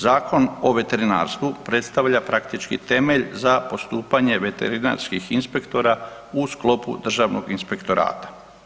Zakon o veterinarstvu predstavlja praktički temelj za postupanje veterinarskih inspektora u sklopu državnog inspektorata.